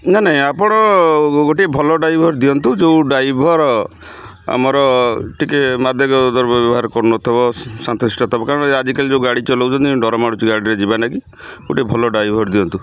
ନା ନାଇଁ ଆପଣ ଗୋଟେ ଭଲ ଡ୍ରାଇଭର ଦିଅନ୍ତୁ ଯେଉଁ ଡ୍ରାଇଭର ଆମର ଟିକେ ମାଦେକ ଦର ବ୍ୟବହାର କରୁନଥିବ ସାନ୍ତ ଶିଷ୍ଟ ଥବ କାରଣ ଆଜିକାଲି ଯେଉଁ ଗାଡ଼ି ଚଲଉଛନ୍ତି ଡର ମାଡ଼ୁଛି ଗାଡ଼ିରେ ଯିବା ନାଗି ଗୋଟେ ଭଲ ଡ୍ରାଇଭର ଦିଅନ୍ତୁ